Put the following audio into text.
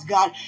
God